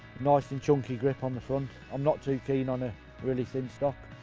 nice and chunky grip on the front i'm not too keen on a really thin stock,